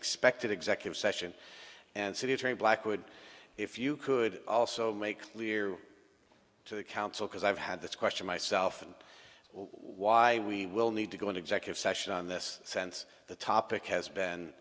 expected executive session and city attorney blackwood if you could also make clear to the council because i've had this question myself and why we will need to go in executive session on this sense the topic has been